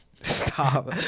Stop